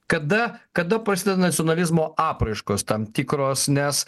kada kada prasideda nacionalizmo apraiškos tam tikros nes